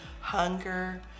Hunger